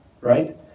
right